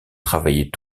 travaillait